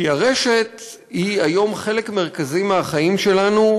כי הרשת היא היום חלק מרכזי מהחיים שלנו,